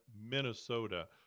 Minnesota